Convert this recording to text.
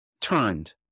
turned